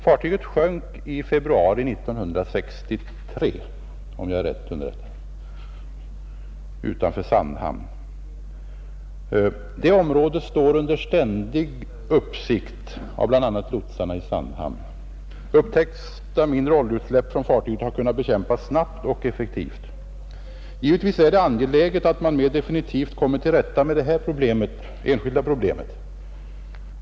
Fartyget sjönk utanför Sandhamn i februari 1963, om jag är riktigt underrättad, Detta område står under ständig uppsikt av bl.a. lotsarna i Sandhamn. Mindre oljeutsläpp från fartyget som upptäckts har kunnat bekämpas snabbt och effektivt. Givetvis är det angeläget att man mer effektivt kommer till rätta med detta enskilda problem.